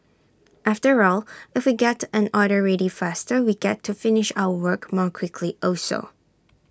after all if we get an order ready faster we get to finish our work more quickly also